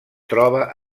troba